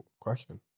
question